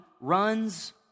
runs